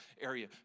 area